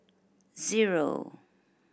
zero